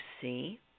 see